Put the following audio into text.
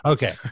Okay